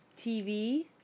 TV